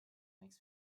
makes